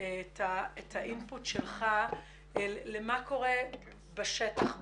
לתת את האימפוט שלך לגבי מה שקורה בשטח בפועל.